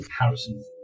Harrison